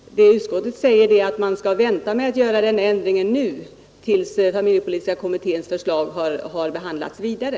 Vad utskottet säger är att man skall vänta med denna ändring tills familjepolitiska kommitténs förslag har behandlats vidare.